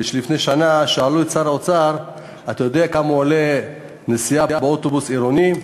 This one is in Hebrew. שלפני שנה שאלו את שר האוצר: אתה יודע כמה עולה נסיעה באוטובוס עירוני?